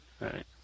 right